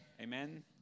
Amen